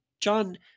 John